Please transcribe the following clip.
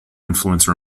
influence